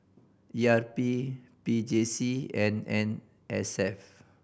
E R P P J C and N S F